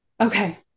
Okay